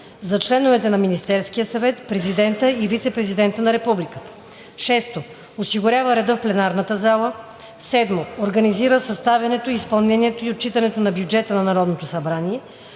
за членовете на Министерския съвет, президента и вицепрезидента на републиката; 6. осигурява реда в пленарната зала; 7. организира съставянето, изпълнението и отчитането на бюджета на Народното събрание;